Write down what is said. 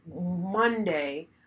Monday